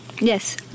Yes